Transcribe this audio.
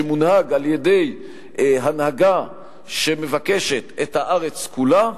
שמונהג על-ידי הנהגה שמבקשת את הארץ כולה.